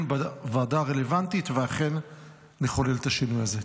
בוועדה הרלוונטית ואכן נחולל את השינוי הזה.